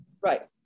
Right